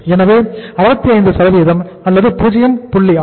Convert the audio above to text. எனவே இது 65 அல்லது 0